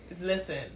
listen